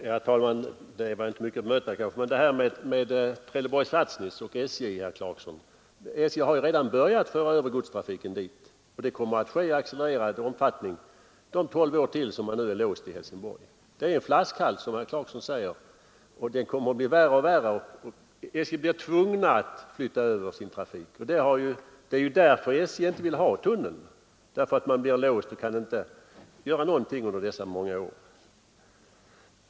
Herr talman! Det är kanske inte mycket att bemöta, men jag vill ta upp det som herr Clarkson sade om SJ:s trafik på sträckan Trelleborg— Sassnitz. SJ har ju redan börjat föra över godstrafiken dit, och det kommer att ske i accelererad omfattning under de ytterligare tolv år då man nu kommer att vara låst i Helsingborg. Det är en flaskhals där, som herr Clarkson säger, förhållandena kommer att bli värre och värre och kommer att tvinga SJ att flytta över sin trafik. Anledningen till att SJ inte vill ha tunneln är ju att man blir låst under så många år.